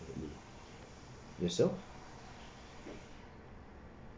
yourself